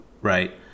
right